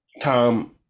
Tom